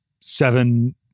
seven